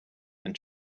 and